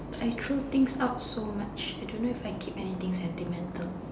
I threw things out so much I don't know if I keep anything sentimental